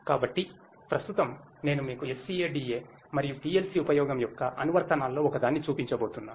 కాబట్టి ప్రస్తుతం నేను మీకు SCADA మరియు PLC ఉపయోగం యొక్క అనువర్తనాల్లో ఒకదాన్ని చూపించబోతున్నాను